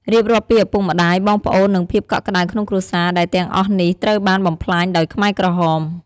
រៀបរាប់ពីឪពុកម្តាយ បងប្អូន និងភាពកក់ក្តៅក្នុងគ្រួសារ ដែលទាំងអស់នេះត្រូវបានបំផ្លាញដោយខ្មែរក្រហម។